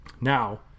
now